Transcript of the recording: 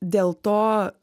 dėl to